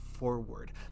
Forward